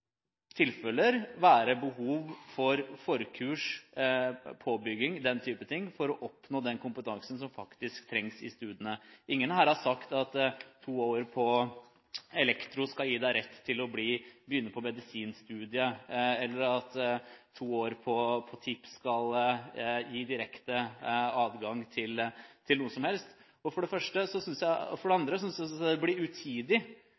tilfeller, være behov for forkurs, påbygging og den type ting for å oppnå den kompetansen som faktisk trengs i studiene. Ingen her har sagt at to år på elektrofag skal gi deg rett til å begynne på medisinstudiet, eller at to år på teknikk og industriell produksjon – TIP – skal gi direkte adgang til noe som helst. For det andre synes jeg det blir utidig